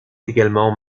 également